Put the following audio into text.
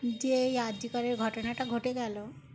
যে এই R G করের ঘটনাটা ঘটে গেল